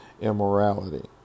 immorality